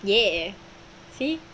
ya see